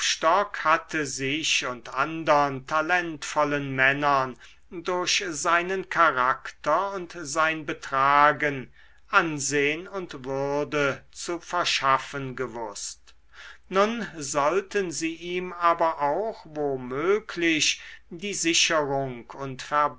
hatte sich und andern talentvollen männern durch seinen charakter und sein betragen ansehn und würde zu verschaffen gewußt nun sollten sie ihm aber auch wo möglich die sicherung und